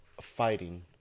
fighting